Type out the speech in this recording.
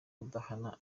kudahana